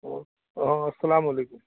ہاں اہاں السلام علیکم